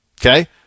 Okay